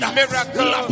miracle